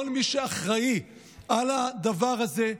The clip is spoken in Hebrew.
כל מי שאחראי לדבר הזה,